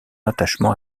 attachement